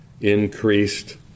increased